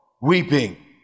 weeping